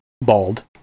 bald